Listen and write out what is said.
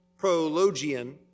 Prologian